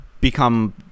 become